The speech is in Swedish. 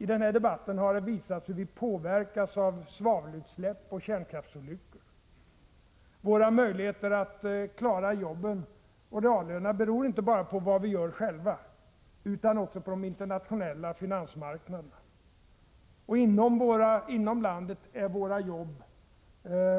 I den här debatten har visats hur vi påverkas av svavelutsläpp och kärnkraftsolyckor. Våra möjligheter att klara jobben och reallönerna beror inte bara på vad vi gör själva utan också på de internationella finansmarknaderna. Inom landet är våra jobb